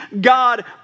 God